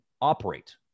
operate